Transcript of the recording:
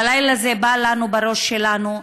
בלילה זה בא לנו לראש שלנו,